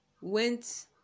went